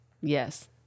Yes